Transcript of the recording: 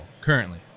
Currently